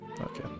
okay